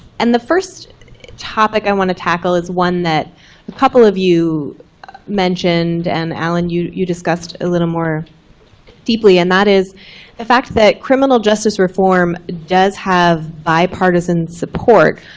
and the first topic i want to tackle is one that a couple of you mentioned, and alan, you you discussed a little more deeply. and that is the fact that criminal justice reform does have bipartisan support